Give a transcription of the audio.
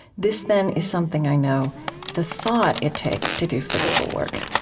this then is something i know the thought it takes to do physical work.